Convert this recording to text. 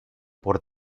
por